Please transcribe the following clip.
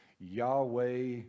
Yahweh